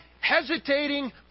hesitating